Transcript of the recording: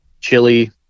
chili